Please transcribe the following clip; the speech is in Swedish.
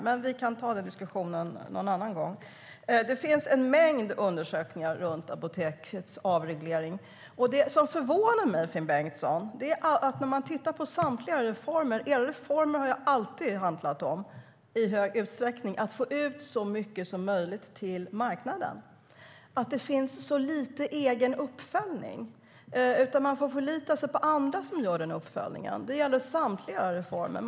Men vi kan ta den diskussionen en annan gång. Det finns en mängd undersökningar om Apotekets avreglering. Det som förvånar mig, Finn Bengtsson, är att samtliga era reformer alltid i hög utsträckning handlat om att få ut så mycket som möjligt till marknaden. Det finns mycket lite egen uppföljning, och man får förlita sig på andra som gör denna uppföljning. Det gäller samtliga era reformer.